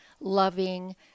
loving